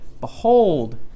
Behold